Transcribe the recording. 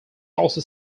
also